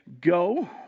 Go